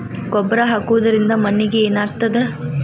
ಗೊಬ್ಬರ ಹಾಕುವುದರಿಂದ ಮಣ್ಣಿಗೆ ಏನಾಗ್ತದ?